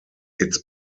its